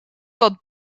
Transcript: wat